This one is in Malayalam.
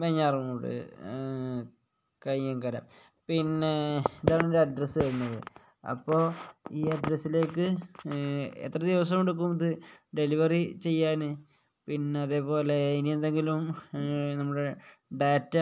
വെഞ്ഞാറമൂട് കയ്യകര പിന്നെ ഇതാണ് എൻ്റെ അഡ്രസ്സ് വരുന്നത് അപ്പോൾ ഈ അഡ്രസ്സിലേക്ക് എത്ര ദിവസം എടുക്കും ഇത് ഡെലിവറി ചെയ്യാൻ പിന്നെ അതേപോലെ ഇനി എന്തെങ്കിലും നമ്മുടെ ഡാറ്റ